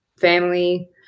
family